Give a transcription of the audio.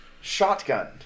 Shotgun